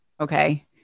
okay